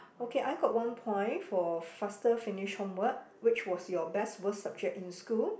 okay I got one point for faster finish homework which was your best worst subject in school